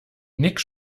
nick